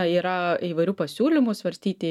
yra įvairių pasiūlymų svarstyti